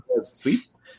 Sweets